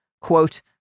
Quote